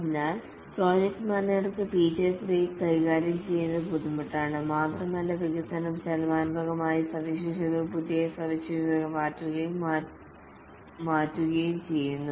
അതിനാൽ പ്രോജക്റ്റ് മാനേജർക്ക് feature creep കൈകാര്യം ചെയ്യുന്നത് ബുദ്ധിമുട്ടാണ് മാത്രമല്ല വികസനം ചലനാത്മകമായതിനാൽ സവിശേഷതകൾ പുതിയ സവിശേഷതകൾ മാറ്റുകയും മറ്റും മാറ്റുകയും ചെയ്യുന്നു